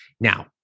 Now